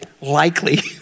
likely